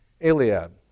Eliab